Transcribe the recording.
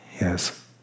yes